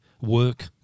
work